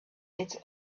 its